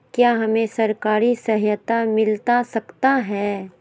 क्या हमे सरकारी सहायता मिलता सकता है?